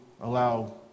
allow